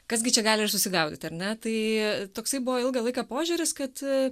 kas gi čia gali ir susigaudyt ar ne tai toksai buvo ilgą laiką požiūris kad